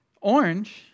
Orange